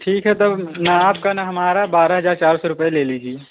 ठीक है तब ना आपका ना हमारा बारह हजार चार सौ रुपए ले लीजिए